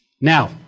Now